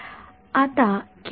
आता काय होते